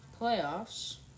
playoffs